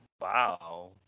Wow